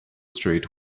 street